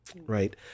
right